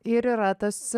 ir yra tas